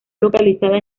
localizada